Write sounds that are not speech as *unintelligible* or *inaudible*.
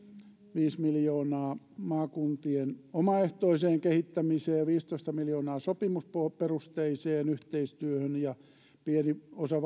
viisi miljoonaa maakuntien omaehtoiseen kehittämiseen ja viisitoista miljoonaa sopimusperusteiseen yhteistyöhön ja pieni osa *unintelligible*